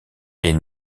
est